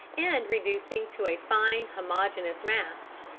and reducing to a fine homogeneous mass,